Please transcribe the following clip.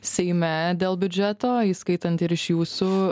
seime dėl biudžeto įskaitant ir iš jūsų